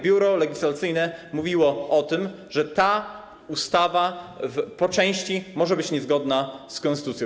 Biuro Legislacyjne mówiło o tym, że ta ustawa po części może być niezgodna z konstytucją.